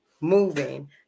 moving